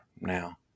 now